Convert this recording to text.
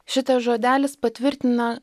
šitas žodelis patvirtina